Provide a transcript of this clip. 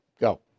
Go